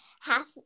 half